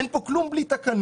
אין פה כלום בלי תקנות.